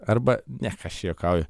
arba ne ką aš čia juokauju